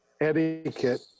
etiquette